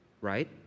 right